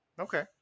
Okay